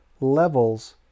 levels